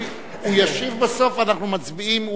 הוא ישיב בסוף, אנחנו מצביעים.